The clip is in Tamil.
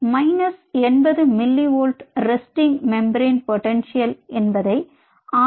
minus 80 millivolt resting membrane potential என்பதை ஆர்